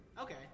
Okay